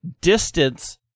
distance